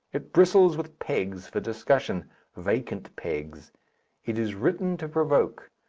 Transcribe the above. it bristles with pegs for discussion vacant pegs it is written to provoke.